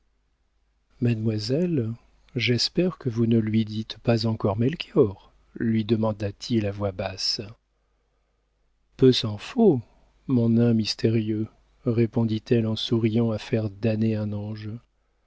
mademoiselle j'espère que vous ne lui dites pas encore melchior lui demanda-t-il à voix basse peu s'en faut mon nain mystérieux répondit-elle en souriant à faire damner un ange